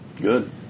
Good